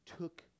took